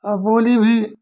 और बोली भी